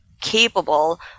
capable